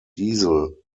diesel